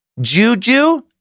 Juju